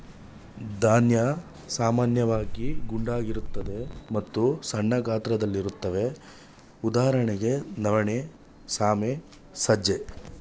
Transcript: ಧಾನ್ಯ ಸಾಮಾನ್ಯವಾಗಿ ಗುಂಡಗಿರ್ತದೆ ಮತ್ತು ಸಣ್ಣ ಗಾತ್ರದಲ್ಲಿರುತ್ವೆ ಉದಾಹರಣೆಗೆ ನವಣೆ ಸಾಮೆ ಸಜ್ಜೆ